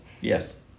Yes